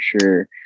sure